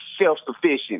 self-sufficient